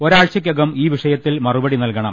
ഒരാഴ്ചക്കകം ഈ വിഷയത്തിൽ മറു പടി നൽകണം